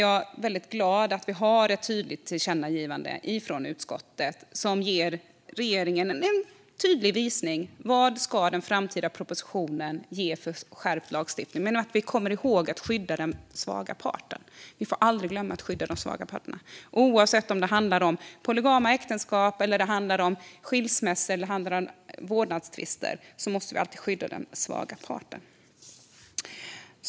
Jag är glad över att vi har ett tydligt tillkännagivande från utskottet som tydligt visar regeringen vad den framtida propositionen ska ge för skärpt lagstiftning. Vi måste komma ihåg att skydda den svaga parten - detta får vi aldrig glömma. Oavsett om det handlar om polygama äktenskap, skilsmässor eller vårdnadstvister måste vi alltid skydda den svaga parten.